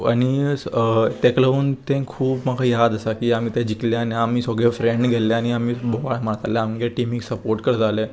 आनी तेका लागून तें खूब म्हाका याद आसा की आमी ते जिकले आनी आमी सोगळे फ्रेंड गेल्ले आनी आमी बोवाळ मारताले आमगे टिमीक सपोर्ट करताले